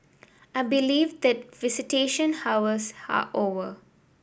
I believe that visitation hours are over